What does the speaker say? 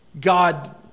god